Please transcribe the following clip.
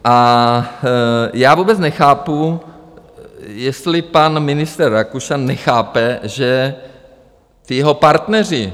A já vůbec nechápu, jestli pan ministr Rakušan nechápe, že ti jeho partneři...